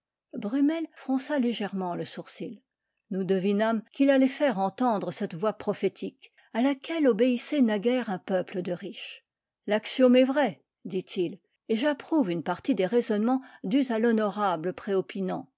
brummel fronça légèrement le sourcil nous devinâmes qu'il allait faire entendre cette voix prophétique à laquelle obéissait naguère un peuple de riches l'axiome est vrai dit-il et j'approuve une partie des raisonnements dus à l'honorable préopinant